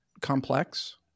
complex